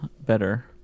better